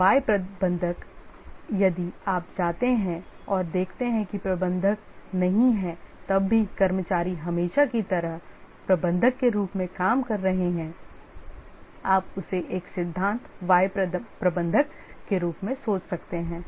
Y प्रबंधक यदि आप जाते हैं और देखते हैं कि प्रबंधक नहीं है तब भी कर्मचारी हमेशा की तरह प्रबंधक के रूप में काम कर रहे हैं आप उसे एक सिद्धांत Y प्रबंधक के रूप में सोच सकते हैं